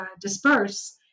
disperse